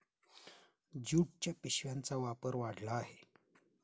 ज्यूटच्या पिशव्यांचा वापर वाढला आहे